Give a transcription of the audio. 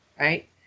right